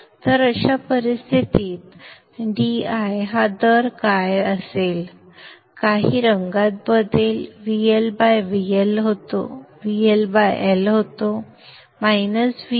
तर अशा परिस्थितीत di हा दर काय असेल काही रंगात बदल VLL होतो - VoL